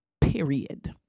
period